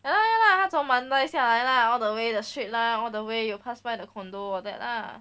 ya ya ya ya 他从 mandai 下来 lah all the way the straight lah all the way you pass by the condo all that lah